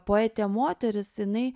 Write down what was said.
poetė moteris jinai